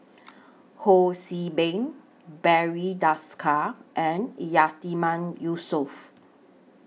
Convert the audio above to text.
Ho See Beng Barry Desker and Yatiman Yusof